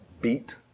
beat